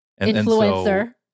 influencer